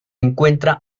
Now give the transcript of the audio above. encuentra